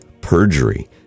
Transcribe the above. perjury